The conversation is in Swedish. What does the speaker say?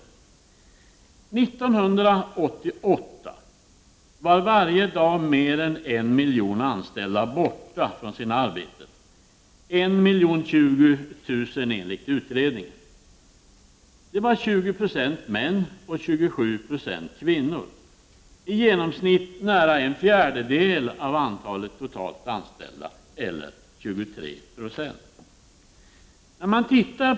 År 1988 var varje dag mer än 1 miljon anställda borta från sina arbeten. Enligt utredningen var det närmare bestämt 1 020 000. 20 96 var män och 27 96 kvinnor. I genomsnitt uppgick frånvaron till nära en fjärdedel av antalet anställda eller 23 90.